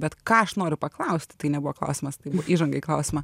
bet ką aš noriu paklausti tai nebuvo klausimas tai buvo įžanga į klausimą